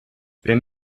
wenn